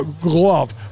glove